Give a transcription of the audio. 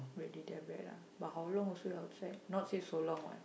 really that bad lah but how long also you out sack not say so long what